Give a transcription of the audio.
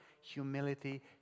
Humility